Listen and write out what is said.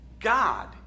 God